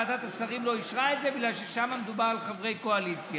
ועדת השרים לא אישרה את זה בגלל ששם מדובר על חברי קואליציה.